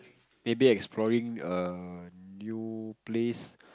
maybe exploring a new place